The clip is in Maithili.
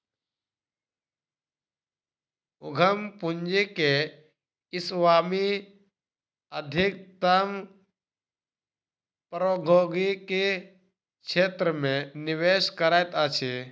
उद्यम पूंजी के स्वामी अधिकतम प्रौद्योगिकी क्षेत्र मे निवेश करैत अछि